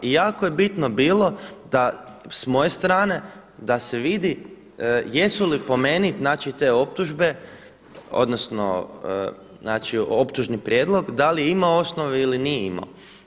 I jako je bitno bilo s moje strane da se vidi jesu li po meni, znači te optužbe, odnosno znači optužni prijedlog da li je imao osnov ili nije imao.